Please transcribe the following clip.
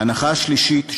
ההנחה השלישית,